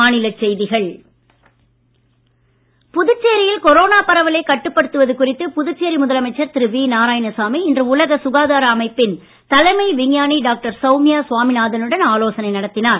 நாராயணசாமி ஆலோசனை புதுச்சேரியில் கொரோனா பரவலைக் கட்டுப்படுத்துவது குறித்து முதலமைச்சர் திரு வி நாராயணசாமி இன்று உலக சுகாதார அமைப்பின் தலைமை விஞ்ஞானி டாக்டர் சௌமியா சுவாமிநாதனுடன் ஆலோசனை நடத்தினார்